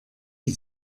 die